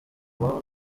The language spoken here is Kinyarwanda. amahoro